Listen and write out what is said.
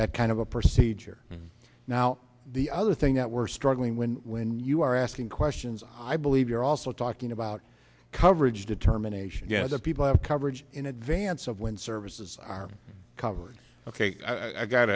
that kind of a procedure now the other thing that we're struggling with when you are asking questions i believe you're also talking about coverage determination gets a people have coverage in advance of when services are covered ok i've got